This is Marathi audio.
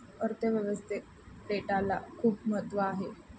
अर्थ व्यवस्थेत डेटाला खूप महत्त्व आहे